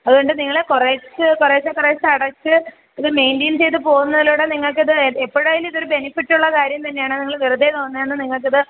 അതു കൊണ്ട് നിങ്ങൾ കുറച്ച് കുറേശെ കുറേശെ അടച്ച് ഇത് മെയ്ൻ്റെയിൻ ചെയ്തു പോകുന്നതിലൂടെ നിങ്ങൾക്കിത് എപ്പോഴായാലും ഇതൊരു ബെനിഫിറ്റുള്ള കാര്യം തന്നെയാണ് നിങ്ങൾ വെറുതേ തോന്നുന്നതാണ് നിങ്ങൾക്കിത്